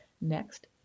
Next